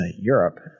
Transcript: Europe